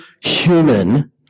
human